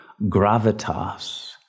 gravitas